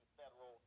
federal